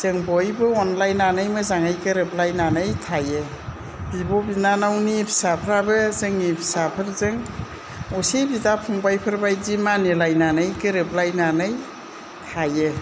जों बयबो अनलायनानै मोजाङै गोरोबलायनानै थायो बिब' बिनानावनि फिसाफ्राबो जोंनि फिसाफोरजों असे बिदा फंबाइफोर बायदि मानिलायनानै गोरोबलायनानै थायो